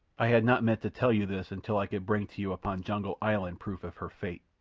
i had not meant to tell you this until i could bring to you upon jungle island proof of her fate.